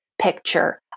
picture